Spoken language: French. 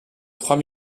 trois